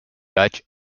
dutch